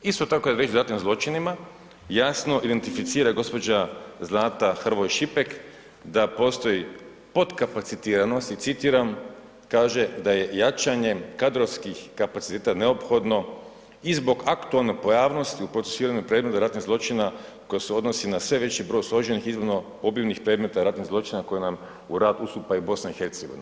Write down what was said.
Isto tako je … zločinima jasno identificira gospođa Zlata HRvoj Šipek da postoji podkapcitiranost i citiram kaže „da je jačanje kadrovskih kapaciteta neophodno i zbog aktualne pojavnosti u procesuiranju predmeta radnih zločina koja se odnosi na sve veći broj složnih i iznimno obimnih predmeta ratnih zločina koje nam u rad ustupa i BiH“